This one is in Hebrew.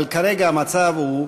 אבל כרגע המצב הוא,